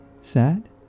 sad